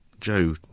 Joe